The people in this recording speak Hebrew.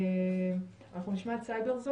נשמע אתcyberizen